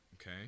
okay